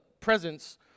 presence